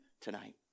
tonight